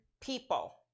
people